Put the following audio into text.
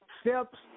steps